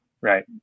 Right